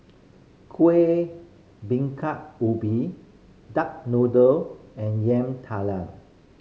Kueh Bingka Ubi duck noodle and Yam Talam